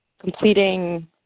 completing